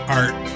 art